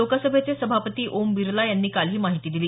लोकसभेचे सभापती ओम बिर्ला यांनी काल ही माहिती दिली